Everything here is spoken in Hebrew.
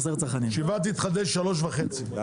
15:30. (הישיבה נפסקה בשעה 13:00 ונתחדשה בשעה 15:30.) שוב,